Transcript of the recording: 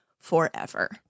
forever